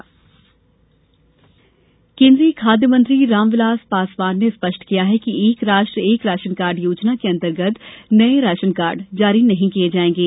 ration card केंद्रीय खाद्य मंत्री रामविलास पासवान ने स्पष्ट किया कि एक राष्ट्र एक राशन कार्ड योजना के अंतर्गत नए राशन कार्ड जारी नहीं किए जाएंगे